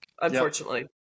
Unfortunately